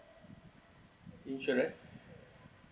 insurance